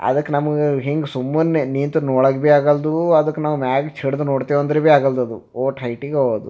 ಅದಕ್ಕೆ ನಮಗೆ ಹಿಂಗ ಸುಮ್ಮನೆ ನಿಂತು ನೋಡೋಕ್ಕೆ ಭೀ ಆಗಲ್ದು ಅದಕ್ಕೆ ನಾವು ಮ್ಯಾಲೆ ಚಿಡ್ದ್ ನೋಡುತ್ತೇವೆ ಅಂದ್ರೆ ಭೀ ಆಗಲ್ದು ಅದು ಅಷ್ಟು ಹೈಟಿಗೆ ಅದ ಅದು